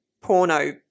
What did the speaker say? porno